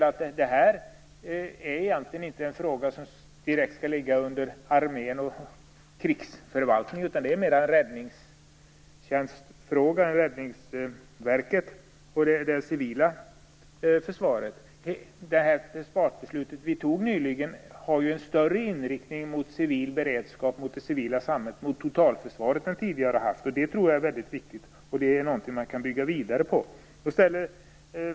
Jag tror egentligen inte att de skall ligga direkt under armé och krigsförvaltning. Det är snarare räddningstjänstfrågor som hör till Räddningsverket och det civila försvaret. Det försvarsbeslut som vi nyligen fattade är ju mer inriktat på civil beredskap, det civila samhället och totalförsvaret än vad som har varit fallet tidigare. Det tror jag är väldigt viktigt och någonting som man kan bygga vidare på.